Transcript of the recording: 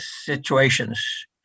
situations